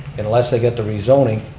unless they get the rezoning,